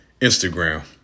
Instagram